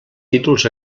títols